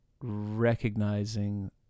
recognizing